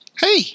Hey